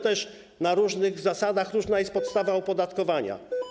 Też jest na różnych zasadach, różna jest podstawa opodatkowania.